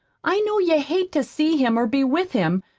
i know you hate to see him or be with him,